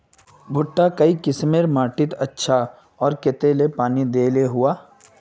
भुट्टा काई किसम माटित अच्छा, आर कतेला पानी दिले सही होवा?